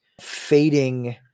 fading